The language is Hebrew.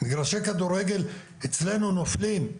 מגרשי כדורגל אצלנו נופלים,